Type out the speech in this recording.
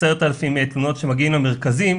10,000 תלונות שמגיעות למרכזי,